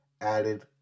added